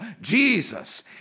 Jesus